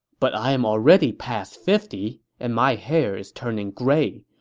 but i am already past fifty, and my hair is turning gray.